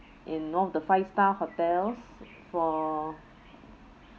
in one of the five star hotels for